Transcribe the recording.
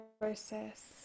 process